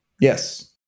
Yes